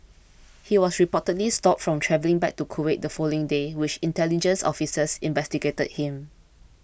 he was reportedly stopped from travelling back to Kuwait the following day while intelligence officers investigated him